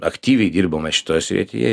aktyviai dirbame šitoj srityje